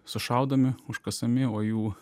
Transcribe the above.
sušaudomi užkasami o jų